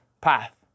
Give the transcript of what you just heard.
path